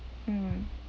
mm